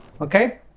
okay